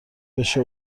بشه